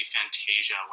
Fantasia